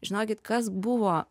žinokit kas buvo